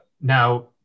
Now